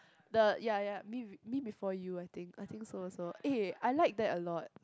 the ya ya Me Me Before You I think I think so also eh I like that a lot